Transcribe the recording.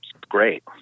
Great